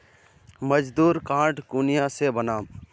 मजदूर कार्ड कुनियाँ से बनाम?